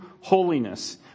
holiness